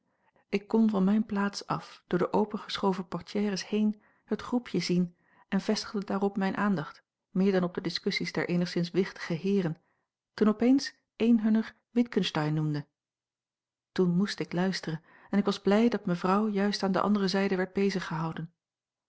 ik kon van mijne plaats af door de opengeschoven portières heen het groepje zien en vestigde daarop mijne aandacht meer dan op de discussies der eenigszins wichtige heeren toen op eens een hunner witgensteyn noemde toen moest ik luisteren en ik was blij dat mevrouw juist aan de andere zijde werd